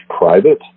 private